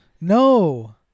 No